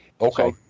Okay